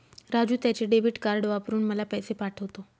राजू त्याचे debit card वापरून मला पैसे पाठवतो